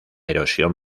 erosión